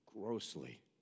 grossly